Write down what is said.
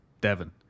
Devon